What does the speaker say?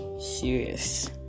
serious